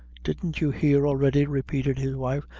didn't you hear already, repeated his wife,